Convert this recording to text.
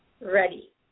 ready